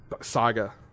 Saga